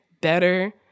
better